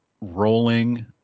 rolling